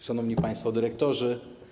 Szanowni Państwo Dyrektorzy!